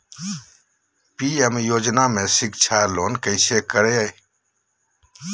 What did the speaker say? PM योजना में शिक्षा लोन कैसे करें?